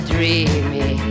Dreamy